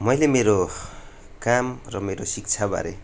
मैले मेरो काम र मेरो शिक्षाबारे